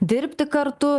dirbti kartu